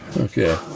Okay